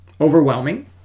overwhelming